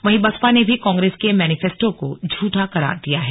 वहीं बसपा ने भी कांग्रेस के मेनीफेस्टों को झूठा करार दिया है